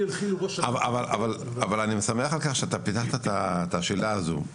אבל אני שמח על כך שאתה פתחת את השאלה הזו,